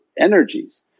energies